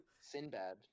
Sinbad